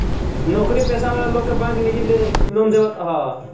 नोकरी पेशा वाला लोग के बैंक निजी लोन देवत हअ